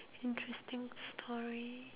interesting story